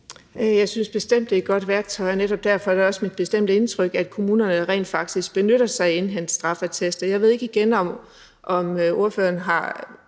Jeg synes bestemt, det er et godt værktøj. Netop derfor er det også mit bestemte indtryk, at kommunerne rent faktisk benytter sig af at indhente straffeattester, og – igen – jeg ved ikke, om ordføreren har